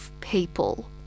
people